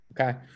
Okay